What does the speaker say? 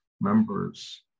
members